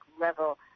level